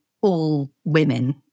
all-women